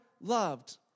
loved